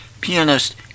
pianist